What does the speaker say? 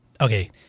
Okay